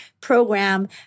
program